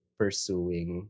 pursuing